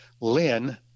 Lynn